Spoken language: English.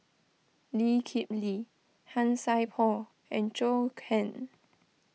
Lee Kip Lee Han Sai Por and Zhou Can